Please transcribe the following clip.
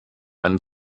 eine